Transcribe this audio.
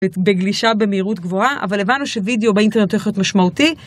בגלישה במהירות גבוהה, אבל הבנו שווידאו באינטרנט הולך להיות משמעותי.